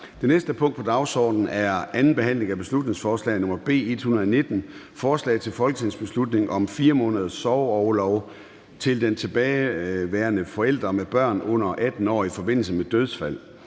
Det næste punkt på dagsordenen er: 8) 2. (sidste) behandling af beslutningsforslag nr. B 119: Forslag til folketingsbeslutning om 4 måneders sorgorlov til den tilbageværende forælder med børn under 18 år i forbindelse med dødsfald